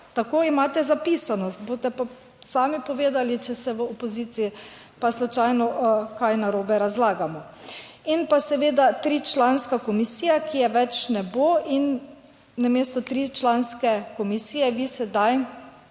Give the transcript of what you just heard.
Tako imate zapisano, boste pa sami povedali, če se v opoziciji pa slučajno kaj narobe razlagamo. In pa seveda tričlanska komisija, ki je več ne bo in namesto tričlanske komisije vi sedaj